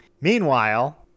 Meanwhile